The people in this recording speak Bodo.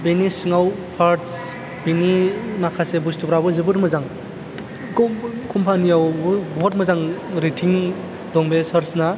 बेनि सिङाव पार्टस बिनि माखासे बुस्थुफ्राबो जोबोर मोजां कम्पानियावबो बुहुत मोजां रेटिं दं बे सार्चाना